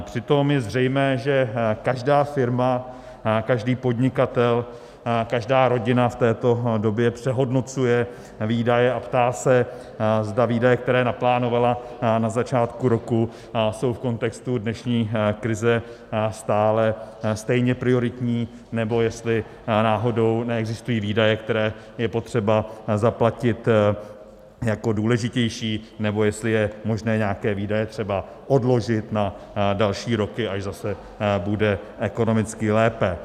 Přitom je zřejmé, že každá firma, každý podnikatel, každá rodina v této době přehodnocuje výdaje a ptá se, zda výdaje, které naplánovala na začátku roku, jsou v kontextu dnešní krize stále stejně prioritní, nebo jestli náhodou neexistují výdaje, které je potřeba zaplatit jako důležitější, nebo jestli je možné nějaké výdaje třeba odložit na další roky, až zase bude ekonomicky lépe.